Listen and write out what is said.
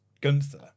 Gunther